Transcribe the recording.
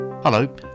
Hello